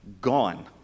gone